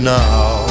now